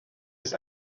ist